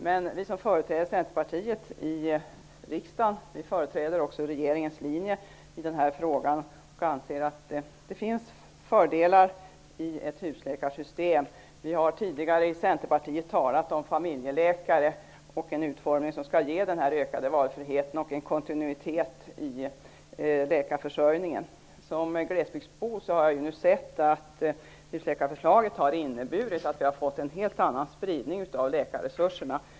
Men vi som företräder Centerpartiet i riksdagen företräder också regeringens linje i den här frågan och anser att det finns fördelar i ett husläkarsystem. Vi har tidigare i Centerpartiet talat om familjeläkare och en utformning som skall ge den här ökade valfriheten och en kontinuitet i läkarförsörjningen. Som glesbygdsbo har jag sett att husläkarförslaget har inneburit att vi har fått en helt annan spridning av läkarresurserna.